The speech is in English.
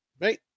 right